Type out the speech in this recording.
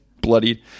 bloodied